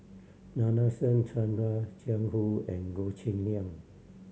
Nadasen Chandra Jiang Hu and Goh Cheng Liang